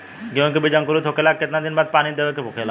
गेहूँ के बिज अंकुरित होखेला के कितना दिन बाद पानी देवे के होखेला?